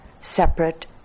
separate